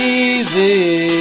easy